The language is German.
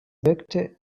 wirkte